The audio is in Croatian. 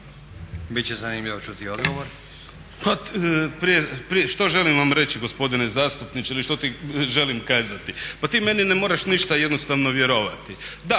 Damir (ID - DI)** Što želim vam reći gospodine zastupniče ili što ti želim kazati? Pa ti meni ne moraš ništa jednostavno vjerovati.